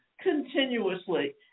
continuously